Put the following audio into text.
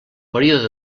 període